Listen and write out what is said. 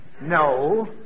No